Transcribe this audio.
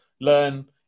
learn